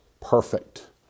perfect